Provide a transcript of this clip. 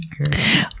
Okay